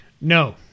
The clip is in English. No